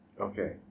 okay